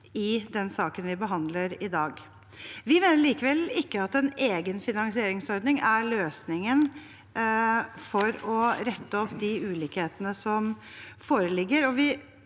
i den saken vi behandler i dag. Vi mener likevel ikke at en egen finansieringsordning er løsningen for å rette opp de ulikhetene som foreligger.